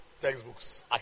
textbooks